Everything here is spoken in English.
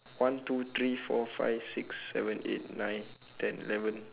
one two three four five six seven eight nine ten eleven